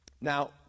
Now